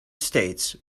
states